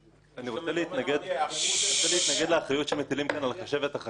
אני רוצה להתנגד לאחריות שמטילים כאן על חשבת החטיבה.